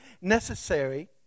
necessary